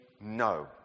no